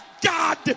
God